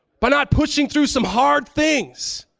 by not pushing through some hard things.